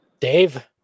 Dave